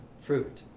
fruit